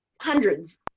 hundreds